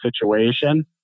situation